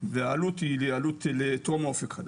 והעלות היא לטרום אופק חדש.